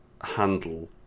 handle